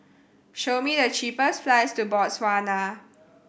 show me the cheapest flights to Botswana